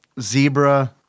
zebra